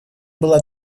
было